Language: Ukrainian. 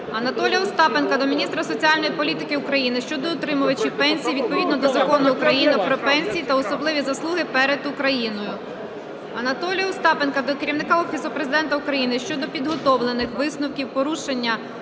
Анатолія Остапенка до міністра соціальної політики України щодо отримувачів пенсії відповідно до Закону України "Про пенсії за особливі заслуги перед Україною". Анатолія Остапенка до Керівника Офісу Президента України щодо підготовлених висновків порушених